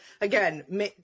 again